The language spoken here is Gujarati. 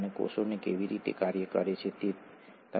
ડીએનએ ખરેખર શું છે ઠીક છે